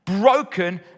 broken